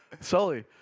Sully